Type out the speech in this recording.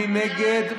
מי נגד?